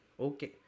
Okay